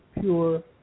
pure